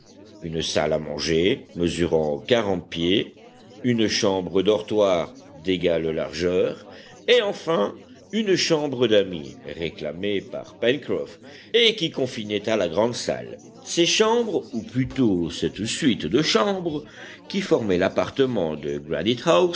une salle à manger mesurant quarante pieds une chambre dortoir d'égale largeur et enfin une chambre d'amis réclamée par pencroff et qui confinait à la grande salle ces chambres ou plutôt cette suite de chambres qui formaient l'appartement de